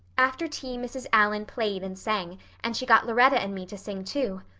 after tea mrs. allan played and sang and she got lauretta and me to sing too.